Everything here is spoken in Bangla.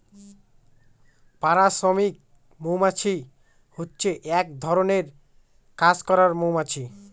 পাড়া শ্রমিক মৌমাছি হচ্ছে এক ধরনের কাজ করার মৌমাছি